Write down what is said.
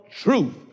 truth